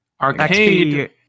Arcade